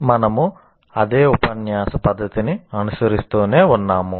మనము అదే ఉపన్యాస పద్ధతిని అనుసరిస్తూనే ఉన్నాము